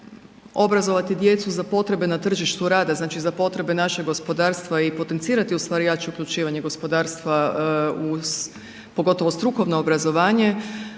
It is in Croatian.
obrazovati djecu za potrebe na tržištu rada, znači za potrebe našeg gospodarstva i potencirati ustvari jače uključivanje gospodarstva pogotovo u strukovno obrazovanje,